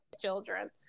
children